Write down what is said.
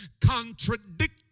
contradict